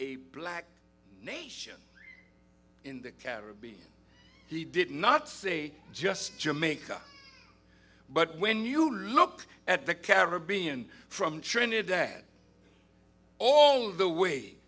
a black nation in the caribbean he did not say just jamaica but when you look at the caribbean from trinidad all the way